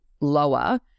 lower